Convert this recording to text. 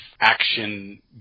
action